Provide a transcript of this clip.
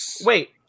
wait